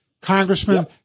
Congressman